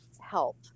help